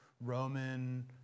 Roman